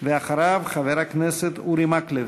אחריו, חבר הכנסת אורי מקלב.